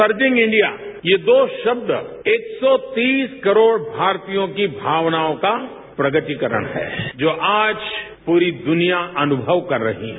surging India ये दो राब्द एक सौ तीस करोड़ भारतीयों की भावनाओं का प्रकटीकरण है जो आज पूरी दुनिया अनुमव कर रही है